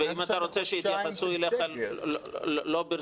ואם אתה רוצה שיתייחסו אליך לא ברצינות,